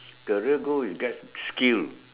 career goal is get skill